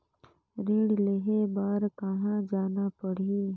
ऋण लेहे बार कहा जाना पड़ही?